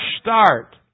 start